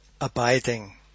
abiding